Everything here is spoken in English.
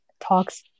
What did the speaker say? talks